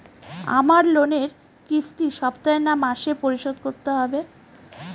আমার লোনের কিস্তি সপ্তাহে না মাসে পরিশোধ করতে হবে?